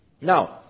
Now